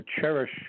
cherish